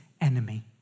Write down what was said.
enemy